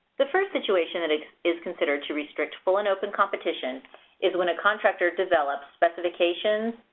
the first situation that is considered to restrict full and open competition is when a contractor develops specifications,